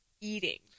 Eating